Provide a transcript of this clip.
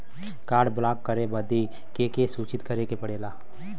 Card block करे बदी के के सूचित करें के पड़ेला?